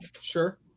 Sure